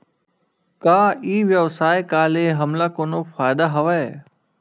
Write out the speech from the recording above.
का ई व्यवसाय का ले हमला कोनो फ़ायदा हवय?